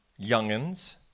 youngins